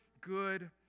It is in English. good